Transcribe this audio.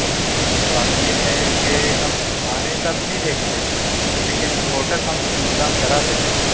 جی بات یہ ہے کہ ہم کھانے کا تو نہیں دیکھتے لیکن ہوٹل ہم انتظام کرا دیتے ہیں